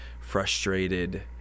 frustrated